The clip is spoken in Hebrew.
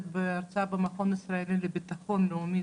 בהרצאה במכון הישראלי לביטחון לאומי,